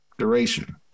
duration